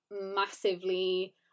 massively